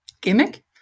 gimmick